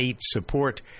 support